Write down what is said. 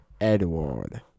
edward